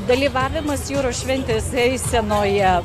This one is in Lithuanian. dalyvavimas jūros šventės eisenoje